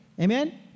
amen